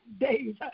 days